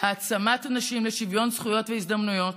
העצמת נשים לשוויון זכויות והזדמנויות,